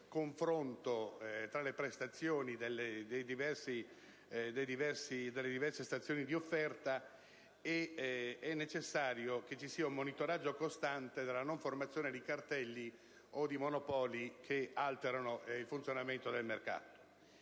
confronto tra le prestazioni delle diverse stazioni di offerta; è necessario un monitoraggio costante sulla formazione di cartelli o di monopoli che alterano il funzionamento del mercato.